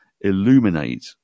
illuminate